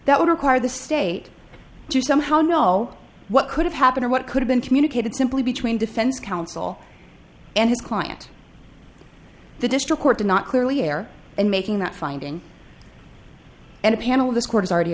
that would require the state to somehow know what could have happened or what could have been communicated simply between defense counsel and his client the district court did not clearly air in making that finding and a panel of this court has already